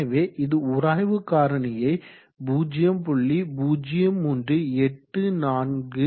எனவே இது உராய்வு காரணியை 0